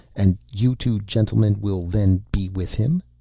and you two gentlemen will then be with him.